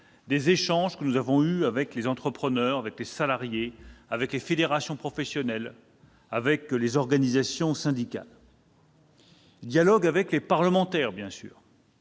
des échanges que nous avons eus avec les entrepreneurs, les salariés, les fédérations professionnelles, les organisations syndicales. Dialogue avec les parlementaires, bien sûr.